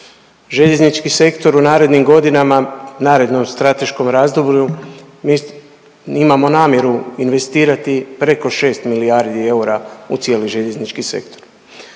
Željeznički sektor u narednim godinama, narednom strateškom razdoblju mi imamo namjeru investirati preko 6 milijardi eura u cijeli željeznički sektor.